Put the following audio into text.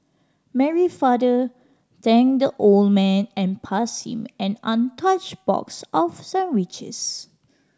Mary father thanked the old man and passed him an untouched box of sandwiches